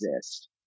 exist